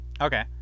Okay